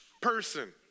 person